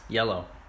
Yellow